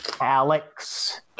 alex